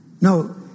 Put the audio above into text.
No